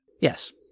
Yes